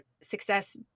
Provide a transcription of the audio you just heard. success